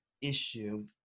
issue